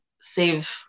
save